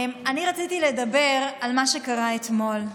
אני רציתי לדבר על מה שקרה אתמול,